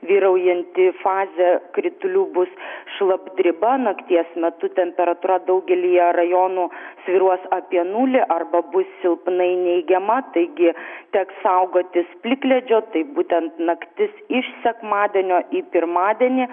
vyraujanti fazė kritulių bus šlapdriba nakties metu temperatūra daugelyje rajonų svyruos apie nulį arba bus silpnai neigiama taigi teks saugotis plikledžio tai būtent naktis iš sekmadienio į pirmadienį